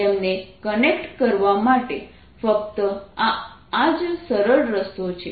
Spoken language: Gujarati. તેમને કનેક્ટ કરવા માટે ફક્ત આ જ સરળ રસ્તો છે